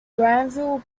granville